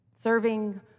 serving